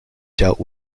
dealt